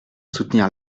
soutenir